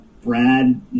Brad